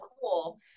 cool